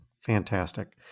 Fantastic